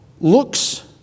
looks